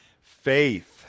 Faith